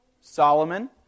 Solomon